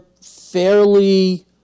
fairly